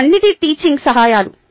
అవన్నీ టీచింగ్ సహాయాలు